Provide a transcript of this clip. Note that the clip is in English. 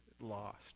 lost